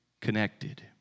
connected